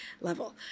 level